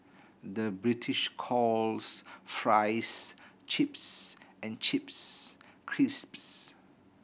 the British calls fries chips and chips crisps